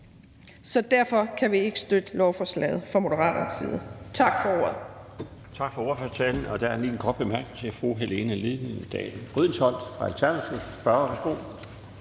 og derfor kan vi ikke støtte forslaget her. Tak for ordet.